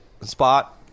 spot